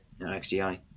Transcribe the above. XGI